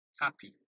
happy